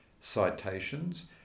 citations